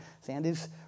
Sandy's